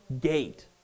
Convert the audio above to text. gate